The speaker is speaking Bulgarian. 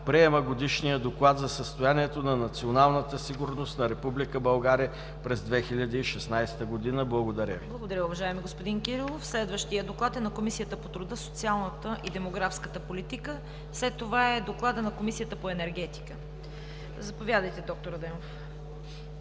Приема Годишния доклад за състоянието на националната сигурност на Република България през 2016 г.“ Благодаря Ви. ПРЕДСЕДАТЕЛ ЦВЕТА КАРАЯНЧЕВА: Благодаря, уважаеми господин Кирилов. Следващият доклад е на Комисията по труда, социалната и демографската политика. След това е докладът на Комисията по енергетика. Заповядайте, д-р Адемов.